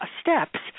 steps